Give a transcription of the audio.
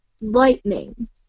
Lightning